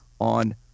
on